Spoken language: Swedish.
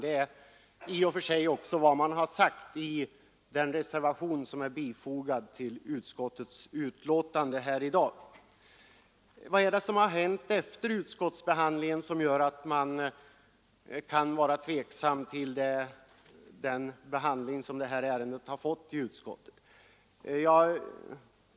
Detta är i och för sig också vad man har sagt i den reservation som är fogad till utskottets betänkande. Vad är det som har hänt efter utskottsbehandlingen och som gör att man ställer sig tveksam till den behandling ärendet har fått i utskottet?